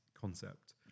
concept